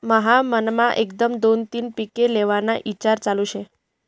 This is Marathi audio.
मन्हा मनमा एकदम दोन तीन पिके लेव्हाना ईचार चालू शे